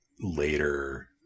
later